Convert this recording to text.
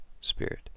spirit